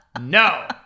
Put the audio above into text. no